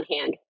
hand